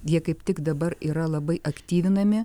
jie kaip tik dabar yra labai aktyvinami